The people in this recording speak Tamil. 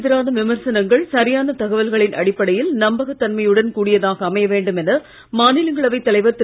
எதிரான விமர்சனங்கள் சரியான அரசுக்கு தகவல்களின் அடிப்படையில் நம்பகத் தன்மையுடன் கூடியதாக அமைய வேண்டும் என மாநிலங்களவை தலைவர் திரு